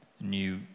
new